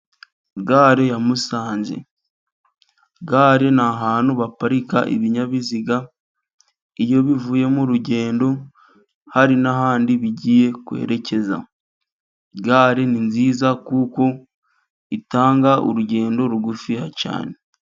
Gare ya musanze ,gare ni ahantu baparika ibinyabiziga iyo bivuyemo urugendo, hari n'ahandi bigiye kwerekeza, gare ni nziza kuko itanga urugendo rugufiya cyane.